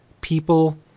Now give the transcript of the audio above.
people